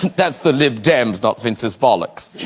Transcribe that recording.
that's the lib dems not vince's bollocks